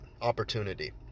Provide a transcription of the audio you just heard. opportunity